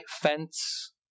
fence